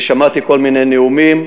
ושמעתי כל מיני נאומים,